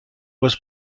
was